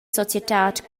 societad